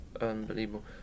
unbelievable